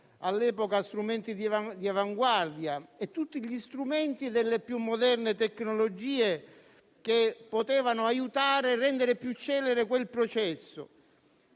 all'epoca strumenti di avanguardia, e tutti gli strumenti delle più moderne tecnologie che potevano aiutare e rendere più celere quel processo.